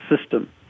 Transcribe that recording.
system